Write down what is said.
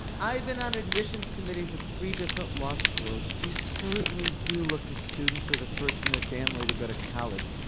i've been on admissions committees at three different law schools. we certainly do look to students who are the first in their family to go to college,